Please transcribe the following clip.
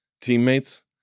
teammates